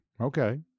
Okay